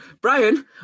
Brian